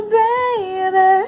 baby